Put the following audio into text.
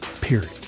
period